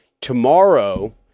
tomorrow